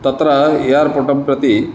तत्र एर्पो्र्टं प्रति